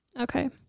okay